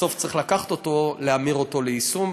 בסוף צריך לקחת אותו ולהמיר אותו ליישום,